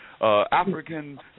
African